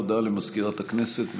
הודעה למזכירת הכנסת.